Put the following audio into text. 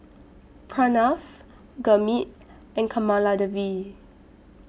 Pranav Gurmeet and Kamaladevi